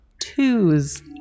twos